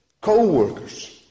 co-workers